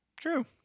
True